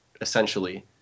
essentially